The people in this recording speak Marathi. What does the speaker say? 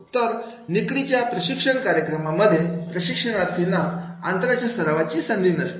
तर निकडीच्या प्रशिक्षण कार्यक्रमांमध्ये प्रशिक्षणार्थींना अंतराच्या सरावाची संधी नसते